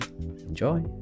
Enjoy